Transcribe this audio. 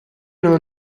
know